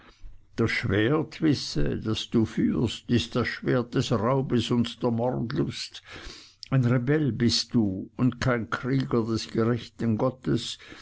das schwert wisse das du führst ist das schwert des raubes und der mordlust ein rebell bist du und kein krieger des gerechten gottes